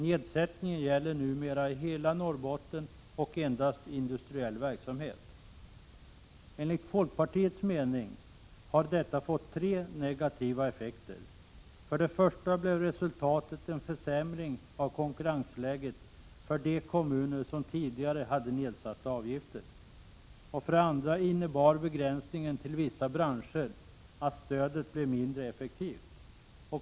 Nedsättningen gäller numera i hela Norrbotten och endast industriell verksamhet. Enligt folkpartiets mening har detta fått tre negativa effekter. För det första blev resultatet en försämring av konkurrensläget för de kommuner som tidigare hade nedsatta avgifter. För det andra innebar begränsningen till vissa branscher att stödet blev mindre effektivt.